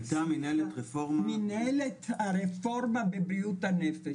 הייתה מינהלת רפורמה --- מינהלת הרפורמה בבריאות הנפש